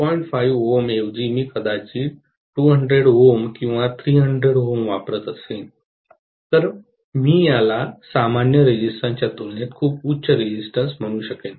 5 Ω ऐवजी मी कदाचित 200 Ω किंवा 300 Ω वापरत असेन तर मी याला सामान्य रेजिस्टन्स च्या तुलनेत खूप उच्च रेजिस्टन्स म्हणू शकेल